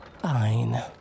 Fine